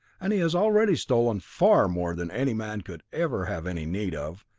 and he has already stolen far more than any man could ever have any need of,